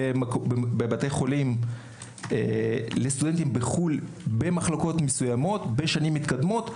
בבתי חולים לסטודנטים מחו"ל במחלקות מסוימות בשנים מתקדמות,